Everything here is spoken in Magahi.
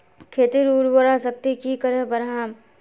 खेतीर उर्वरा शक्ति की करे बढ़ाम?